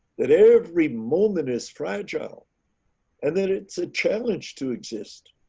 that every moment is fragile and that it's a challenge to exist.